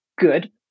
good